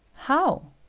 how?